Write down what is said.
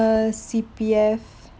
uh C_P_F